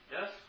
yes